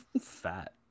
fat